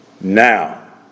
Now